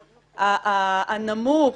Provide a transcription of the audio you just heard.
הנמוך,